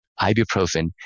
ibuprofen